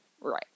Right